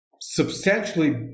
substantially